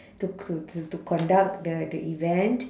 to to to to conduct the the event